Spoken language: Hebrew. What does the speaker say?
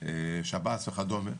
שב"ס וכדומה.